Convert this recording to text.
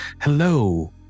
Hello